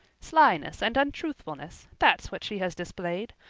slyness and untruthfulness that's what she has displayed.